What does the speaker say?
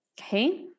Okay